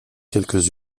quelques